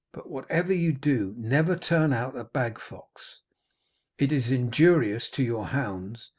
but whatever you do, never turn out a bag-fox it is injurious to your hounds,